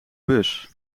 bus